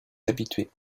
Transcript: habitués